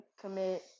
commit